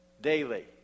daily